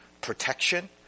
protection